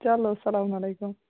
چَلو اسلام علیکُم